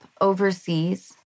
overseas